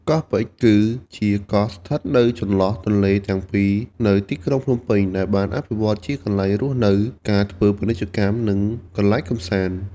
កោះពេជ្រ គឺជាកោះស្ថិតនៅចន្លោះទន្លេទាំងពីរនៅទីក្រុងភ្នំពេញ ដែលបានអភិវឌ្ឍជាកន្លែងរស់នៅ ការធ្វើពាណិជ្ជកម្ម និងកន្លែងកម្សាន្ត។